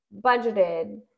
budgeted